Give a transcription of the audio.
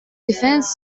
defense